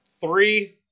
three